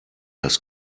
das